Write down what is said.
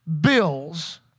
bills